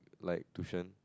like tuition